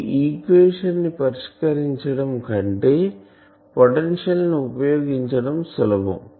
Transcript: ఈ ఈక్వేషన్ ని పరిష్కరించడం కంటే పొటెన్షియల్ ని ఉపయోగించడం సులభం